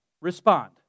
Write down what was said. respond